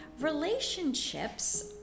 relationships